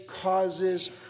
causes